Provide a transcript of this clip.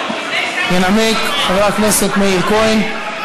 ינמק חבר הכנסת מאיר כהן,